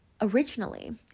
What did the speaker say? originally